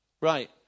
Right